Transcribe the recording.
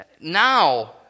now